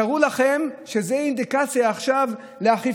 תארו לכם שזו תהיה עכשיו אינדיקציה לאכיפה.